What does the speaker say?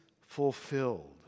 fulfilled